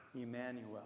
Emmanuel